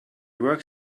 work